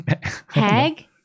Hag